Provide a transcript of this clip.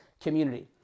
community